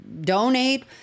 donate